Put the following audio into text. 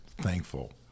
thankful